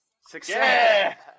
Success